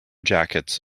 jackets